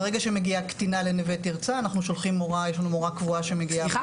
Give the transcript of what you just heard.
ברגע שמגיעה קטינה לנווה תרצה אנחנו שולחים מורה קבועה שמגיעה,